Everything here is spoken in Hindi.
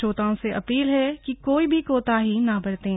श्रोताओं से अपील है कि कोई भी कोताही न बरतें